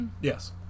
Yes